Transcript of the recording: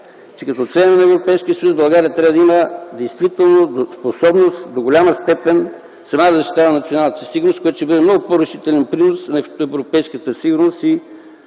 че като член на Европейския съюз България трябва да има действително боеспособност до голяма степен сама да защитава националната си сигурност, което ще бъде много по-решителен принос за европейската сигурност